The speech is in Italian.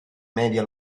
media